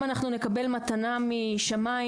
אם אנחנו נקבל מתנה משמיים,